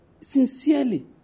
sincerely